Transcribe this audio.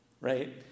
right